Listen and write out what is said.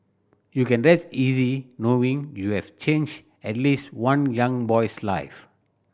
you can rest easy knowing you have changed at least one young boy's life